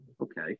okay